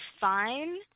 fine